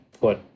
put